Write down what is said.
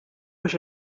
biex